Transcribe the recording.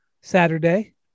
saturday